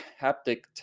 haptic